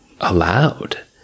allowed